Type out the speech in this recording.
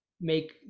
make